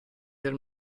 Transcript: del